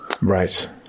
Right